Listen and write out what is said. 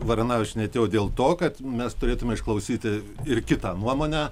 varanavičienė atėjo dėl to kad mes turėtume išklausyti ir kitą nuomonę